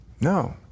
no